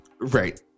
Right